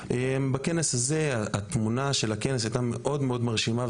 בכנס הזה התמונה של הכנס הייתה מאוד יפה ומרשימה,